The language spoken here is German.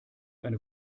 eine